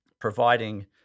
providing